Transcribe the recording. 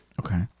Okay